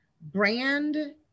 brand